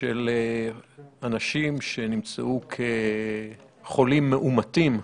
של אנשים שנמצאו כחולים מאומתים,